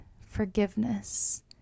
forgiveness